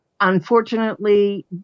Unfortunately